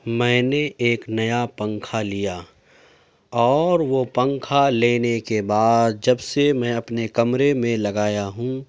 میں نے ایک نیا پنکھا لیا اور وہ پنکھا لینے کے بعد جب سے میں اپنے کمرے میں لگایا ہوں